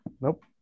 Nope